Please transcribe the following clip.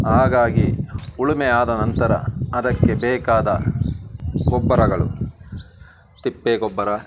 ಹಾಗಾಗಿ ಉಳುಮೆ ಆದ ನಂತರ ಅದಕ್ಕೆ ಬೇಕಾದ ಗೊಬ್ಬರಗಳು ತಿಪ್ಪೆ ಗೊಬ್ಬರ